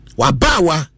wabawa